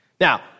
Now